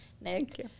Nick